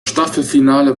staffelfinale